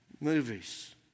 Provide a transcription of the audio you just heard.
movies